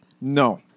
No